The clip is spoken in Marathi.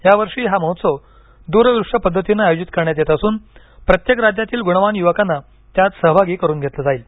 यावर्षी हा महोत्सव द्रदृश्य पद्धतीने आयोजित करण्यात येत असून प्रत्येक राज्यातील गुणवान युवकांना त्यात सहभागी करुन घेतलं जाईल